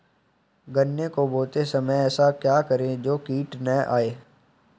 गन्ने को बोते समय ऐसा क्या करें जो कीट न आयें?